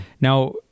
Now